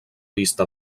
vista